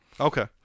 Okay